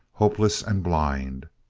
hopeless and blind.